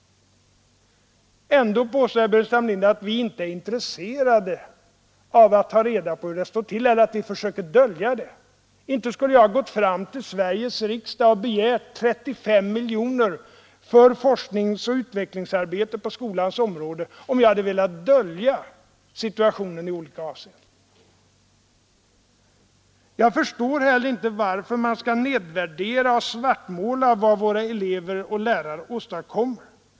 Ändå påstår herr Burenstam Linder att vi inte är intresserade av att ta reda på hur det står till eller att vi försöker dölja det. Inte skulle jag ha gått till Sveriges riksdag och begärt 35 miljoner för forskningsoch utvecklingsarbete på skolans område, om jag hade velat dölja situationen i olika avseenden! Jag förstår heller inte varför man skall nedvärdera och svartmåla vad våra elever och lärare åstadkommer.